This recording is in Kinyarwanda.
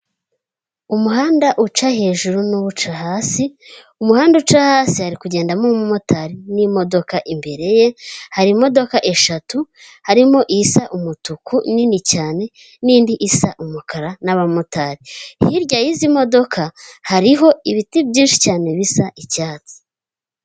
Umuhanda uca hejuru n'uwuca hasi umuhanda uca hasi hari kugendamo umumotari n'imodoka, imbere ye hari imodoka eshatu harimo isa umutuku nini cyane n'indi isa umukara n'abamotari, hirya y'izi modoka hariho ibiti byinshi cyane bisa icyatsi.